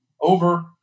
Over